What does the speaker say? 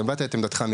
אז הבעת את עמדתך.